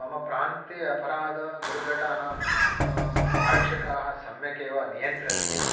मम प्रान्ते अपराधदुर्घटनाः आरक्षकाः सम्यगेव नियन्त्रयन्ति